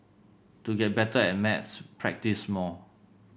to get better at maths practise more